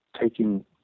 taking